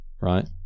right